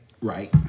Right